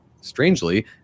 strangely